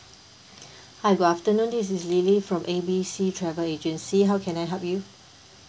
hi good afternoon this is lily from A B C travel agency how can I help you